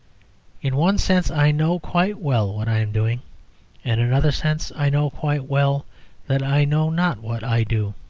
in one sense i know quite well what i am doing in another sense i know quite well that i know not what i do.